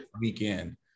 weekend